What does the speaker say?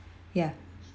ya